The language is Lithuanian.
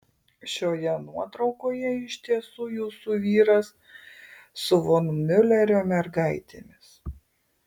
šioje nuotraukoje iš tiesų jūsų vyras su von miulerio mergaitėmis